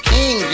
King